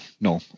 no